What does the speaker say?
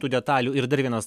tų detalių ir dar vienas